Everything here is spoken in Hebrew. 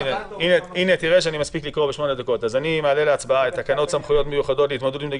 אני מעלה להצבעה את הצעת תקנות סמכויות מיוחדות להתמודדות עם נגיף